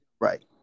right